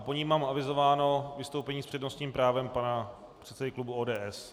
Po ní mám avizováno vystoupení s přednostním právem pana předsedy klubu ODS.